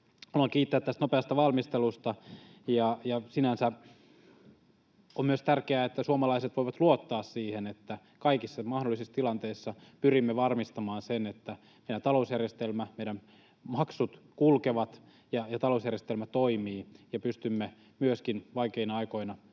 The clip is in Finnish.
Haluan kiittää tästä nopeasta valmistelusta. Sinänsä on myös tärkeää, että suomalaiset voivat luottaa siihen, että kaikissa mahdollisissa tilanteissa pyrimme varmistamaan sen, että meidän maksut kulkevat ja talousjärjestelmä toimii ja pystymme myöskin vaikeina aikoina